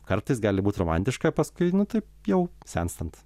kartais gali būt romantiška paskui nu taip jau senstant